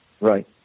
Right